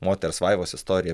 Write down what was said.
moters vaivos istorija